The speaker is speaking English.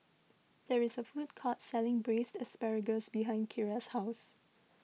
there is a food court selling Braised Asparagus behind Keira's house